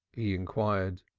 he inquired.